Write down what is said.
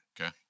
Okay